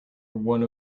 one